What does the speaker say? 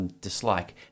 Dislike